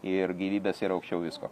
ir gyvybės yra aukščiau visko